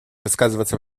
высказываться